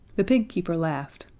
the pig keeper laughed.